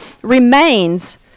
remains